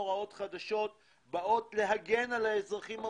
הוראות חדשות באות להגן על האזרחים המבוטחים.